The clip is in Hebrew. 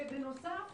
ובנוסף,